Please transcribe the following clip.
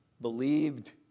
believed